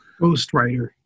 Ghostwriter